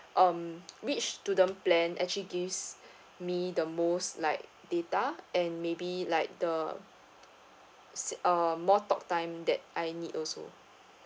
um which student plan actually gives me the most like data and maybe like the s~ uh more talk time that I need also